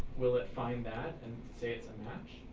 will it find that, and say it's and